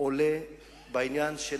עולה בעניין של